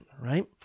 right